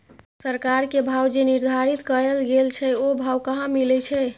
सरकार के भाव जे निर्धारित कायल गेल छै ओ भाव कहाँ मिले छै?